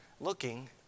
Looking